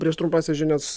prieš trumpąsias žinias